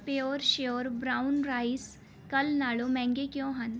pure sure brown rice ਕੱਲ੍ਹ ਨਾਲੋਂ ਮਹਿੰਗੇ ਕਿਉਂ ਹਨ